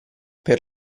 per